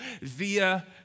via